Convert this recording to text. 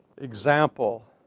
example